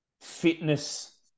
fitness